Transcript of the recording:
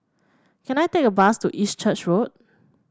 can I take a bus to East Church Road